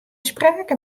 sprake